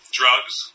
drugs